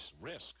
risk